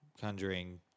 Conjuring